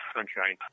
Sunshine